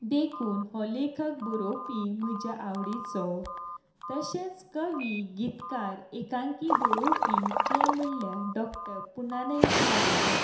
देखून हो लेखक बरोवपी म्हज्या आवडीचो तशेंच कवी गितकार एकांकी बरोवपी ते म्हळ्ळ्यार डॉक्टर पुर्णानंद च्यारी